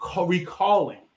recalling